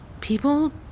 People